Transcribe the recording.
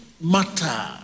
matter